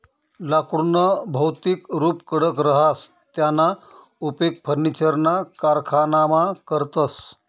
लाकुडनं भौतिक रुप कडक रहास त्याना उपेग फर्निचरना कारखानामा करतस